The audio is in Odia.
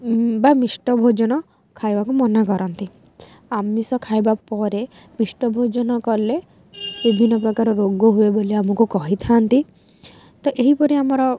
ବା ମିଷ୍ଟ ଭୋଜନ ଖାଇବାକୁ ମନା କରନ୍ତି ଆମିଷ ଖାଇବା ପରେ ମିଷ୍ଟ ଭୋଜନ କଲେ ବିଭିନ୍ନ ପ୍ରକାର ରୋଗ ହୁଏ ବୋଲି ଆମକୁ କହିଥାନ୍ତି ତ ଏହିପରି ଆମର